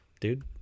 Dude